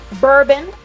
Bourbon